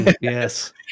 Yes